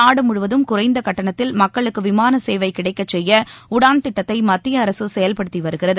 நாடு முழுவதும் குறைந்த கட்டனத்தில் மக்களுக்கு விமாள சேவை கிடைக்கச் செய்ய உடான் திட்டத்தை மத்திய அரசு செயவ்படுத்தி வருகிறது